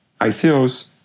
ICOs